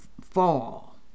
fall